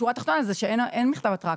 השורה התחתונה היא שאין מכתב התראה.